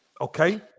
Okay